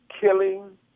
killing